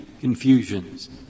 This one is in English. confusions